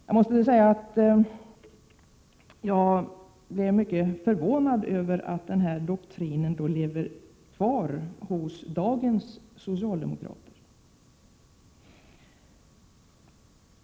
Jag måste säga att jag blev mycket förvånad över att den här doktrinen lever kvar hos dagens socialdemokrater.